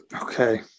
Okay